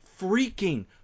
freaking